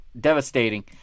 devastating